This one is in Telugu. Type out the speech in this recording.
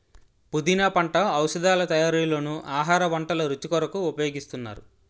పుదీనా పంట ఔషధాల తయారీలోనూ ఆహార వంటల రుచి కొరకు ఉపయోగిస్తున్నారు